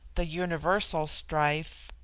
the universal strife.